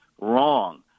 wrong